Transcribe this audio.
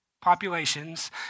populations